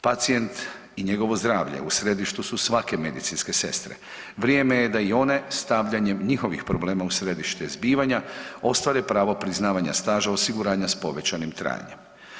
Pacijent i njegovo zdravlje u središtu su svake medicinske sestre, vrijeme je da i one stavljanjem njihovih problema u središte zbivanja ostvare pravo priznavanja staža osiguranja s povećanim trajanjem.